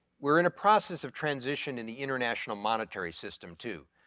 we're in a process of transition in the international monetary system too.